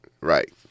Right